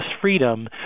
freedom